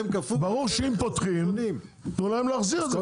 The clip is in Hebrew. ברור שאם פותחים אז תנו להם להחזיר את זה,